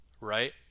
right